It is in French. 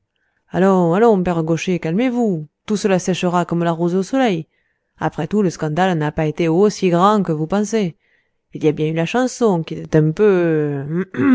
allons allons père gaucher calmez-vous tout cela séchera comme la rosée au soleil après tout le scandale n'a pas été aussi grand que vous pensez il y a bien eu la chanson qui était un peu